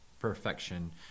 perfection